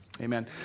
amen